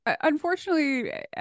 unfortunately